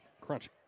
crunch